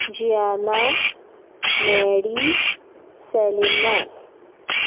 Ziana Maddy Salinas